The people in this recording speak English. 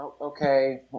okay